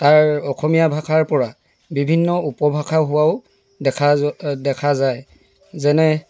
তাৰ অসমীয়া ভাষাৰপৰা বিভিন্ন উপভাষা হোৱাও দেখা যোৱা দেখা যায় যেনে